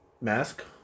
Mask